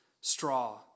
straw